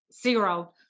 zero